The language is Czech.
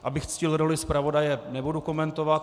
Abych ctil roli zpravodaje, nebudu komentovat.